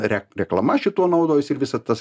re reklama šituo naudojasi ir visa ta